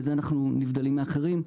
בזה אנחנו נבדלים מאחרים.